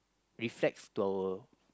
reflects to our